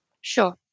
Sure